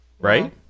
Right